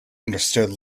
understood